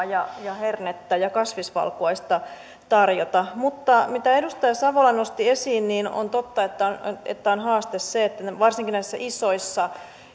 ja hernettä ja kasvisvalkuaista tarjota mutta se mitä edustaja savola nosti esiin on totta että että on haaste se että varsinkin näissä isoissa